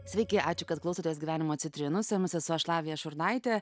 sveiki ačiū kad klausotės gyvenimo citrinų su jumis esu aš lavija šurnaitė